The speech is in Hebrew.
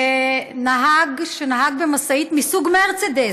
נהג שנהג במשאית מסוג מרצדס,